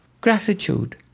Gratitude